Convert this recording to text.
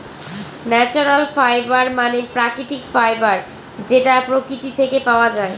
natural fibre মানে প্রাকৃতিক fibre যেটা প্রকৃতি থেকে পাওয়া যায়